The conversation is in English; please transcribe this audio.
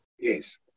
Yes